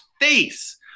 face